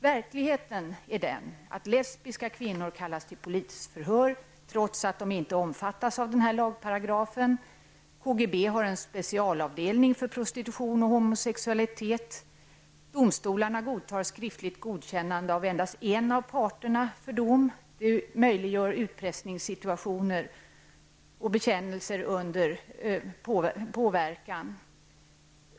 Verkligheten är den, att lesbiska kvinnor kallas till polisförhör trots att de inte omfattas av denna lagparagraf. KGB har en specialavdelning för prostitution och homosexualitet. Domstolarna godtar skriftligt godkännande av endast en av parterna för dom. Detta möjliggör utpressningssituationer och bekännelser under påverkan.